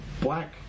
Black